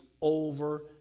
over